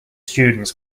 students